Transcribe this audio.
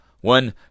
One